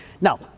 Now